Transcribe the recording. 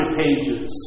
pages